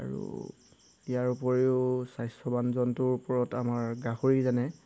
আৰু ইয়াৰ উপৰিও স্বাস্থ্যৱান জন্তুৰ ওপৰত আমাৰ গাহৰি যেনে